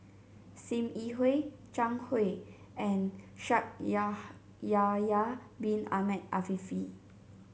Sim Yi Hui Zhang Hui and Shaikh Yahya Bin Ahmed Afifi